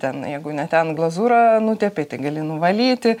ten jeigu ne ten glazūrą nutepei tai gali nuvalyti